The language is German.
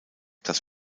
das